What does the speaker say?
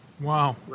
wow